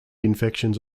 infections